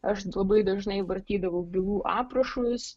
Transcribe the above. aš labai dažnai vartydavau bylų aprašus